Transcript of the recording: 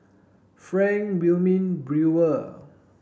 Frank Wilmin Brewer